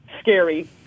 scary